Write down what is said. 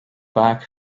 back